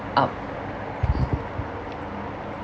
up